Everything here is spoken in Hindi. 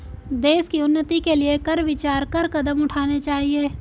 देश की उन्नति के लिए कर विचार कर कदम उठाने चाहिए